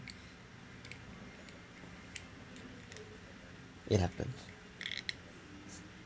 it happens